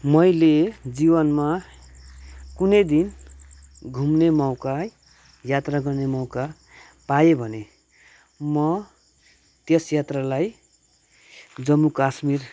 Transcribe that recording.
मैले जीवनमा कुनै दिन घुम्ने मौका यात्रा गर्ने मौका पाएँ भने म त्यस यात्रालाई जम्मू कश्मीर